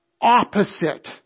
opposite